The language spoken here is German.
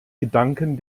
gedanken